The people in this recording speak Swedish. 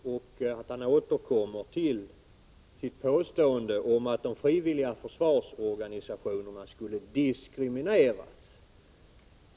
Herr talman! Ivar Virgin återkommer med sitt påstående om att de frivilliga försvarsorganisationerna skulle diskrimineras.